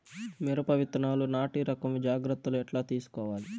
మిరప విత్తనాలు నాటి రకం జాగ్రత్తలు ఎట్లా తీసుకోవాలి?